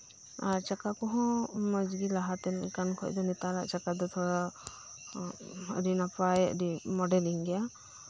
ᱟᱨ ᱪᱟᱠᱟ ᱠᱚᱸᱦᱚᱸ ᱢᱚᱸᱡᱽ ᱜᱮ ᱞᱟᱦᱟ ᱛᱮᱱᱟᱜ ᱠᱷᱚᱱ ᱫᱚ ᱱᱮᱛᱟᱨᱟᱜ ᱪᱟᱠᱟ ᱠᱚᱫᱚ ᱛᱷᱚᱲᱟ ᱟᱹᱰᱤ ᱱᱟᱯᱟᱭ ᱟᱹᱰᱤ ᱢᱚᱰᱮᱞᱤᱝ ᱜᱮᱭᱟ